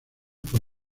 por